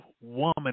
woman